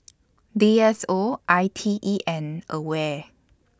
D S O I T E and AWARE